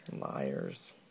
Liars